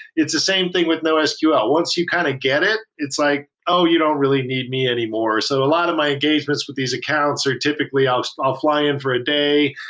it's the same thing with nosql. once you kind of get it, it's like, oh! you don't really need me anymore. so a lot of my engagements with these accounts are typically i'll so i'll fly in for a day.